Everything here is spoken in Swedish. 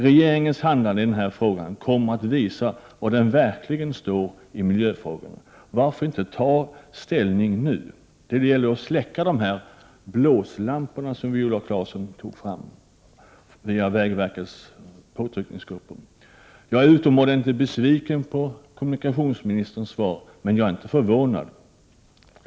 Regeringens handlande i denna fråga kommer att visa var den verkligen står i miljöfrågorna. Varför inte ta ställning nu? Det gäller att släcka blåslamporna via vägverkets påtryckningsgrupper, som Viola Claesson nämnde. Jag är utomordentligt besviken på kommunikationsministerns svar, men jag är inte förvånad.